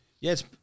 Yes